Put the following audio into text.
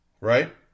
right